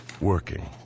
Working